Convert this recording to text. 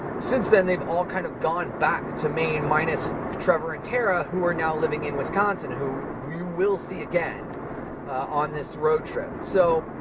since then, they've all kinda kind of gone back to maine, minus trevor and tara, who are now living in wisconsin, who we will see again on this road trip. so,